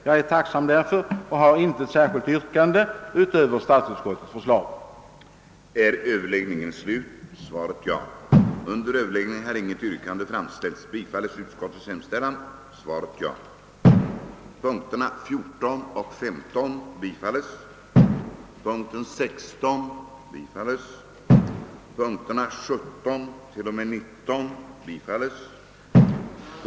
Jag är tacksam därför och har inte något annat yrkande än om bifall till statsutskottets hemställan. I." att i skrivelse till Kungl. Maj:t anhålla om en samlad översyn av hela vuxenutbildningsområdet genom en parlamentariskt sammansatt kommitté; vari även skulle ingå representanter för näringsliv och organisationsväsende, varvid särskild uppmärksamhet borde ägnas d) korrespondensundervisningens möjligheter att komplettera annan vuxenutbildning och samordnas med denna, || 4) att privatistens examination skulle vara kostnadsfri samt begära att Kungl. Maj:t utfärdade föreskrifter härom,